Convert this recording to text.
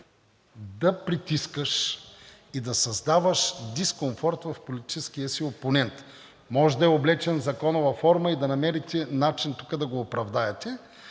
да притискаш и да създаваш дискомфорт в политическия си опонент. Може да е облечен в законова форма и да намерите начин тук да го оправдаете,